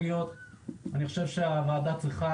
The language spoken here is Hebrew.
פה לא יהיו